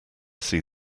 see